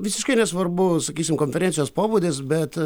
visiškai nesvarbu sakysim konferencijos pobūdis bet